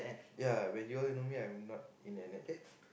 ya when you all know me I were not in N_S eh